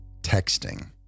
texting